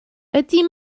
ydy